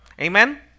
Amen